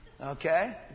Okay